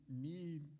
need